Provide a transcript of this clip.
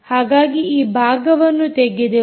ಹಾಗಾಗಿ ಈ ಭಾಗವನ್ನು ತೆಗೆದೆವು